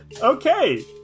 okay